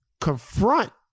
confront